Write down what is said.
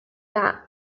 that